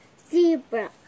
Zebra